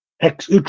ex